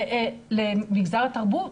למגזר התרבות,